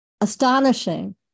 astonishing